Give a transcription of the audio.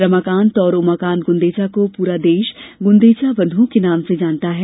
रमाकांत और उमाकांत गुंदेचा को पूरा देश गुंदेचा बंधु के नाम से जानता है